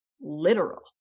literal